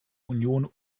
union